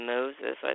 Moses